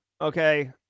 okay